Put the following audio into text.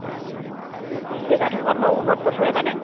জেগা ডোখৰ মই উন্নত পথৰে মানে